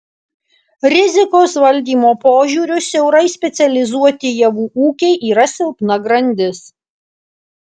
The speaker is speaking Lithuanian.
rizikos valdymo požiūriu siaurai specializuoti javų ūkiai yra silpna grandis